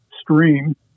stream